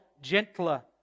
gentler